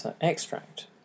extract